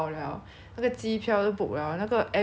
then 我们也讲好和我们要去哪里做什么 liao